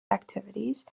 activities